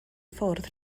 ffwrdd